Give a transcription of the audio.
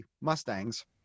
Mustangs